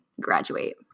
graduate